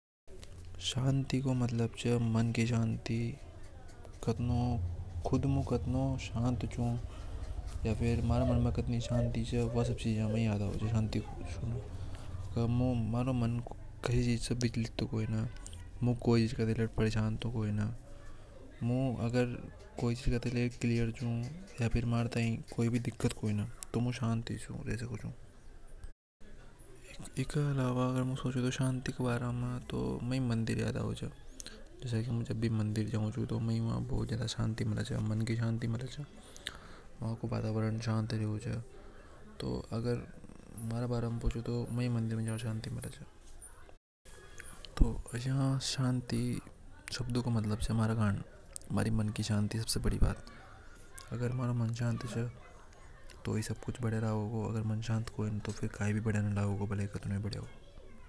शांति को मतलब च मन की शांति की म्हारो मन कसी चीज से विचलित च मु कोई ची के लिए परेशान तो कोई नि मु अग्र कोई चीज के लिए क्लियर चू तो। व शान्ति होवे आगर मु म्हारी जिंदगी में मंदिर जो तो व शान्ति मले च मंदिर में शांति। रेवे शांति को मतलब च म्हारी मन की शांति जब तक म्हारी मन शान्त रेवे तो आशय शांति को मतलब च म्हारा मन की शांति अगर म्हारी मन शान्त हे पदयो होगा वरना कई नि पदयो होगा।